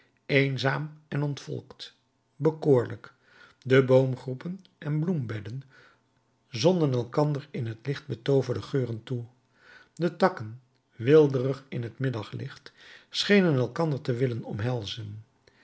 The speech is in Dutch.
eenzaam en ontvolkt bekoorlijk de boomgroepen en bloembedden zonden elkander in het licht betooverende geuren toe de takken weelderig in het middaglicht schenen elkander te willen omhelzen